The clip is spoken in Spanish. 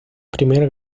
primer